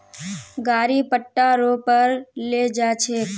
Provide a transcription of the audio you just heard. गाड़ी पट्टा रो पर ले जा छेक